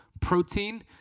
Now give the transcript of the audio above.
protein